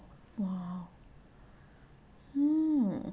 !wow! hmm